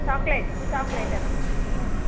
satellite ಸೋಟ್ಲೇಟ್ ಅದು ಹ್ಞೂ